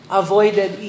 avoided